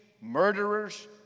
murderers